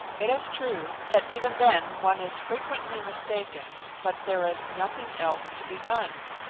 it is true that even then one is frequently mistaken, but there is nothing else to be done.